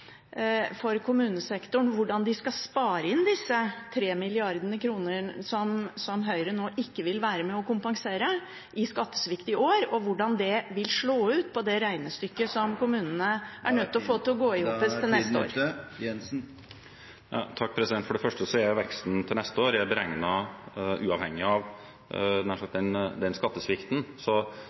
for kommunesektoren hvordan de skal spare inn disse 3 mrd. kr i skattesvikt i år som Høyre nå ikke vil være med og kompensere, og hvordan det vil slå ut på det regnestykket som kommunene er nødt til å få til å gå i hop til neste år? For det første er veksten til neste år beregnet uavhengig av denne skattesvikten, så